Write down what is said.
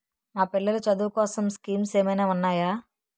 మా పిల్లలు చదువు కోసం స్కీమ్స్ ఏమైనా ఉన్నాయా?